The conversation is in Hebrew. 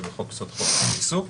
ובחוק-יסוד: חופש העיסוק,